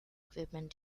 equipment